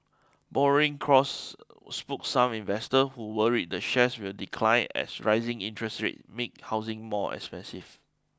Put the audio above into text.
borrowing costs spooked some investor who worry the shares will decline as rising interest rates make housing more expensive